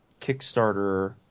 Kickstarter